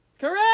Correct